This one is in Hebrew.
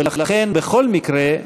ולכן בכל מקרה,